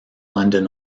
london